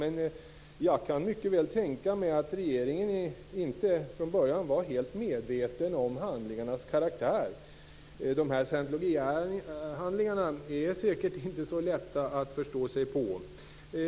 Men jag kan mycket väl tänka mig att regeringen inte från början var helt medveten om handlingarnas karaktär. Scientologihandlingarna är säkert inte så lätta att förstå sig på.